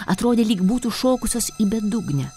atrodė lyg būtų šokusios į bedugnę